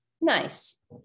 Nice